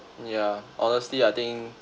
yeah honestly I think